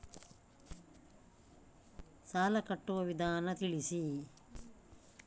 ಸಾಲ ಕಟ್ಟುವ ವಿಧಾನ ತಿಳಿಸಿ?